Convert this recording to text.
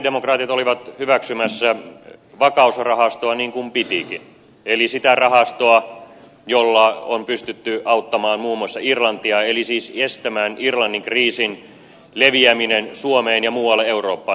sosialidemokraatit olivat hyväksymässä vakausrahastoa niin kuin pitikin eli sitä rahastoa jolla on pystytty auttamaan muun muassa irlantia eli siis estämään irlannin kriisin leviäminen suomeen ja muualle eurooppaan